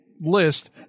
list